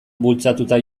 bultzatuta